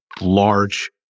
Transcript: large